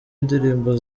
indirimbo